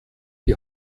die